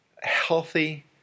healthy